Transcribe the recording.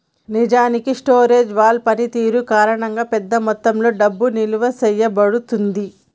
నిజానికి storage wall పనితీరు కారణంగా పెద్ద మొత్తంలో డబ్బు నిలువ చేయబడుతుంది